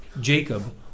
Jacob